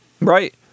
right